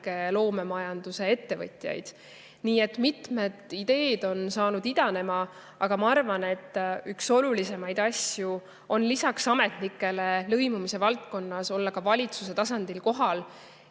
loomemajanduse ettevõtjaid. Nii et mitmed ideed on saanud idanema. Aga ma arvan, et üks olulisemaid asju on lisaks lõimumise valdkonna ametnikele olla ka valitsuse tasandil kohal